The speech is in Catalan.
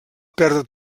perdre